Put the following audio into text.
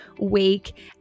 week